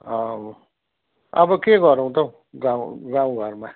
अब अब के गरौँ त हौ गाउँ गाउँ घरमा